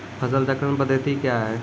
फसल चक्रण पद्धति क्या हैं?